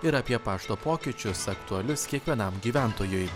ir apie pašto pokyčius aktualius kiekvienam gyventojui